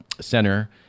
Center